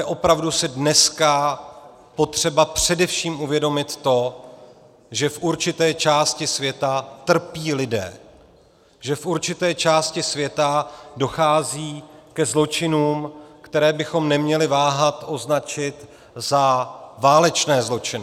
Opravdu je dneska potřeba si především uvědomit to, že v určité části světa trpí lidé, že v určité části světa dochází ke zločinům, které bychom neměli váhat označit za válečné zločiny.